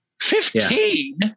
Fifteen